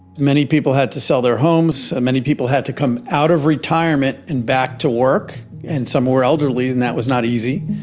many people had to sell their homes. many people had to come out of retirement and back to work and some were elderly and that was not easy.